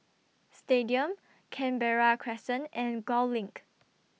Stadium Canberra Crescent and Gul LINK